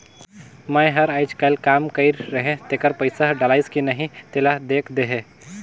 मै हर अईचकायल काम कइर रहें तेकर पइसा डलाईस कि नहीं तेला देख देहे?